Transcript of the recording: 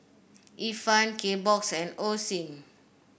Ifan Kbox and Osim